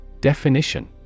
Definition